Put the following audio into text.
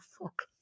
fuck